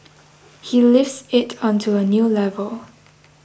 he lifts it onto a new level